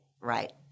Right